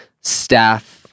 staff